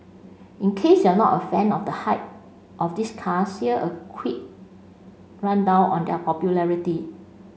in case you're not a fan of the hype of these cars here a quick rundown on their popularity